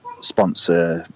sponsor